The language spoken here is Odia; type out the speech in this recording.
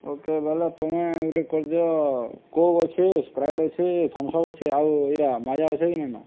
କୋକାକୋଲା ତୁମେ ଗୋଟେ କରିଦିଅ କୋକ୍ ଅଛି ସ୍ପ୍ରାଇଟ୍ ଅଛି ଥମ୍ସଅପ୍ ଅଛି ଆଉ ଏଇଟା ମାଜା ଅଛେ କି ନାଇଁନ